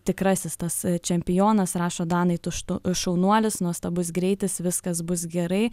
tikrasis tas čempionas rašo danai tuštu šaunuolis nuostabus greitis viskas bus gerai